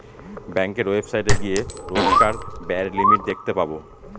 ব্যাঙ্কের ওয়েবসাইটে গিয়ে রোজকার ব্যায়ের লিমিট দেখতে পাবো